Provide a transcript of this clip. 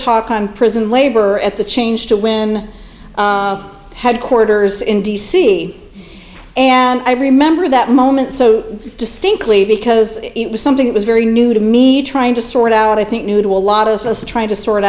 talk on prison labor at the change to win headquarters in d c and i remember that moment so distinctly because it was something that was very new to me trying to sort out i think new to a lot of us are trying to sort